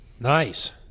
Nice